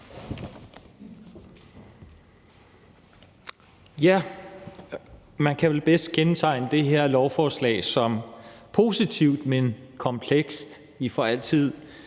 (V): Man kan vel bedst betegne det her lovforslag som positivt, men komplekst. Vi får altid